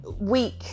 week